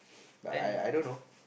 but I I don't know